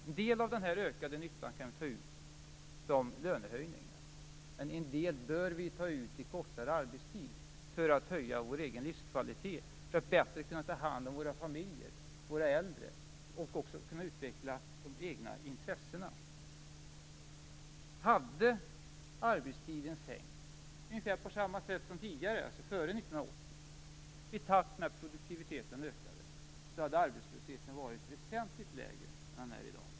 En del av den här ökade nyttan kan vi ta ut som lönehöjningarna, men en del bör vi ta ut i kortare arbetstid för att höja vår egen livskvalitet, för att bättre kunna ta hand om våra familjer och våra äldre och för att kunna utveckla våra egna intressen. Hade arbetstiden sänkts ungefär på samma sätt som tidigare, dvs. före 1980, i takt med att produktiviteten ökade hade arbetslösheten varit väsentligt lägre än den är i dag.